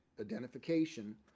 identification